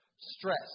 stress